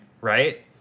Right